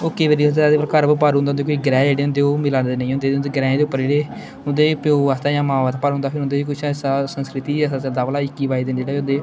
ओह् केईं बारी उस्सी आखदे घर उप्पर भारू होंदा ऐ क्योंकि ग्रह् जेह्ड़े होंदे ओह् मिला दे नेईं होंदे ते उं'दे ग्रहें दे उप्पर जेह्ड़े उं'दे प्यो आस्तै जां मां बास्तै भारा होंदा फिर उं'दे च कुछ ऐसा संस्कृति ऐसा चलदा भला इक्की बाई दिन जेह्ड़े होंदे